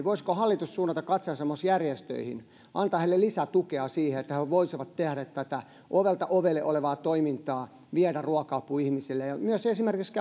voisiko hallitus suunnata katseensa myös järjestöihin antaa heille lisätukea siihen että he voisivat tehdä tätä ovelta ovelle olevaa toimintaa viedä ruoka apua ihmisille ja ja myös esimerkiksi